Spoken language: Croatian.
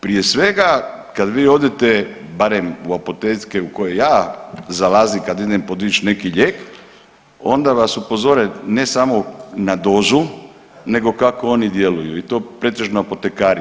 prije svega kad vi odete barem u apoteke u koje ja zalazim kad idem podić neki lijek onda vas upozore ne samo na dozu nego kako oni djeluju i to pretežno apotekari.